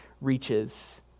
reaches